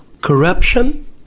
corruption